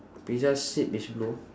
pizza shape is blue